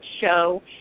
show